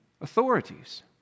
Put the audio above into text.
authorities